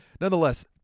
nonetheless